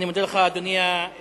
אני מודה לך, אדוני היושב-ראש.